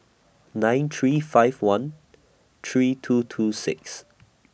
nine three five one three two two six